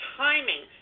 timing